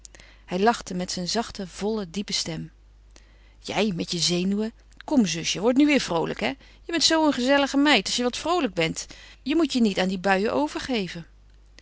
hij lachte met zijn zachten vollen diepen lach jij met je zenuwen kom zusje wordt nu weêr vroolijk hé je bent zoo een gezellige meid als je wat vroolijk bent je moet je niet aan die buien overgeven